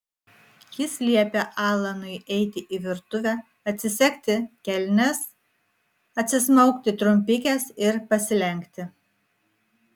jis liepė alanui eiti į virtuvę atsisegti kelnes atsismaukti trumpikes ir pasilenkti